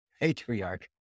Patriarch